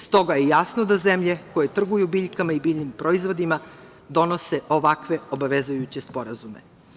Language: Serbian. Stoga je jasno da zemlje koje trguju biljkama i biljnim proizvodima donose ovakve obavezujuće sporazume.